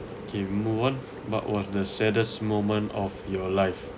okay move on what was the saddest moment of your life